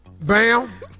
Bam